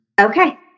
Okay